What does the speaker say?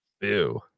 Ew